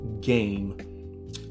game